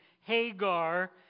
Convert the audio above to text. Hagar